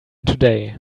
today